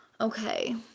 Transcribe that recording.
okay